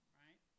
right